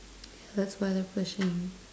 that's why they're pushing